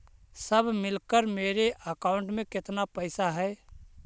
सब मिलकर मेरे अकाउंट में केतना पैसा है?